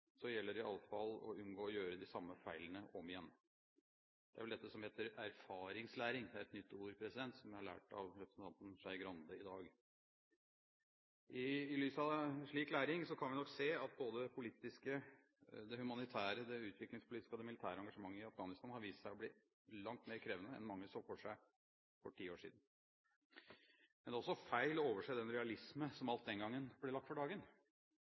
så gjelder det i alle fall å unngå å gjøre de samme feilene om igjen. Det er vel dette som heter erfaringslæring. Det er et nytt ord som jeg har lært av representanten Skei Grande i dag. I lys av slik læring kan vi nok se at både det politiske, det humanitære, det utviklingspolitiske og det militære engasjementet i Afghanistan har vist seg å bli langt mer krevende enn mange så for seg for ti år siden. Men det er også feil å overse den realisme som alt den gangen ble lagt for dagen.